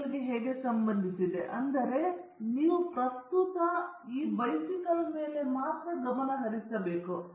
ಛಾಯಾಗ್ರಹಣವನ್ನು ಹೇಗೆ ಮಾಡಲಾಗುವುದು ಅಥವಾ ನೀವು ಗಮನ ಹರಿಸಬೇಕಾದರೆ ತಿಳಿದಿಲ್ಲದ ಅನೇಕ ಜನರು ಮಾಡುವ ಸಾಮಾನ್ಯ ತಪ್ಪು ಇದು